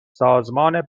سازمان